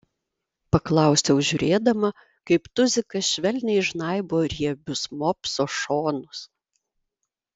paklausiau žiūrėdama kaip tuzikas švelniai žnaibo riebius mopso šonus